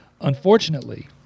unfortunately